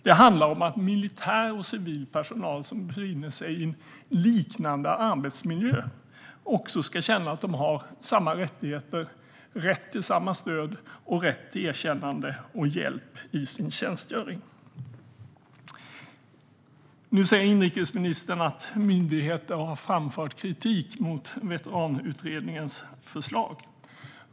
Det handlar om att militär och civil personal som befinner sig i liknande arbetsmiljö också ska känna att de har samma rättigheter, rätt till samma stöd och rätt till erkännande och hjälp i sin tjänstgöring. Nu säger inrikesministern att myndigheter har framfört kritik mot Veteranutredningens förslag.